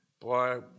Boy